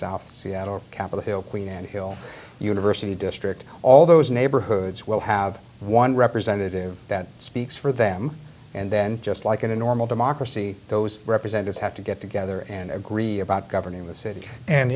south seattle capitol hill queen and hill university district all those neighborhoods will have one representative that speaks for them and then just like in a normal democracy those representatives have to get together and agree about governing the city and